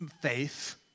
faith